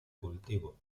cultivo